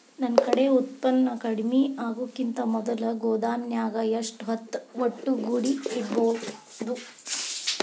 ನನ್ ಕಡೆ ಉತ್ಪನ್ನ ಕಡಿಮಿ ಆಗುಕಿಂತ ಮೊದಲ ಗೋದಾಮಿನ್ಯಾಗ ಎಷ್ಟ ಹೊತ್ತ ಒಟ್ಟುಗೂಡಿ ಇಡ್ಬೋದು?